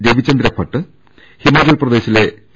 Ravichandra Bhat Himachal പ്രദേശിലെ P